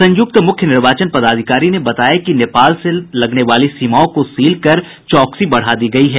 संयुक्त मुख्य निर्वाचन पदाधिकारी ने बताया कि नेपाल से लगने वाली सीमाओं को सील कर चौकसी बढ़ा दी गयी है